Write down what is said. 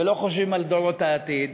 ולא חושבים על דורות העתיד,